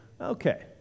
okay